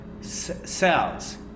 cells